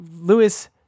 Lewis